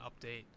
update